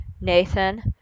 Nathan